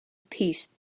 peace